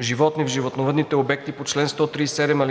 животни в животновъдните обекти по чл. 137, ал.